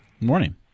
Morning